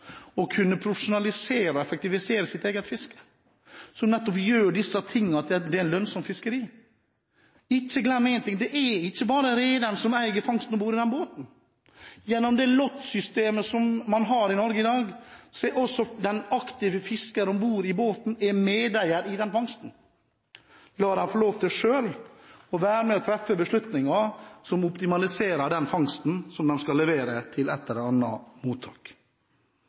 å kunne profesjonalisere og effektivisere sitt eget fiske, noe som nettopp gjør dette til et lønnsomt fiskeri. Glem ikke én ting: Det er ikke bare rederne som eier fangsten om bord i båten. Gjennom det lottsystemet man har i Norge i dag, er også den aktive fisker om bord i båten medeier i fangsten. La dem selv få lov til å være med å treffe beslutninger som optimaliserer den fangsten de skal levere til et eller annet mottak.